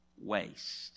waste